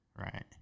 Right